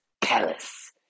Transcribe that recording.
palace